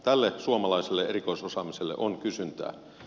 tälle suomalaiselle erikoisosaamiselle on kysyntää